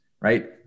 right